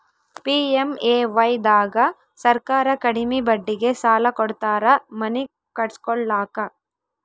PMAY ದಾಗ ಸರ್ಕಾರ ಕಡಿಮಿ ಬಡ್ಡಿಗೆ ಸಾಲ ಕೊಡ್ತಾರ ಮನಿ ಕಟ್ಸ್ಕೊಲಾಕ